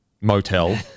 motel